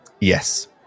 Yes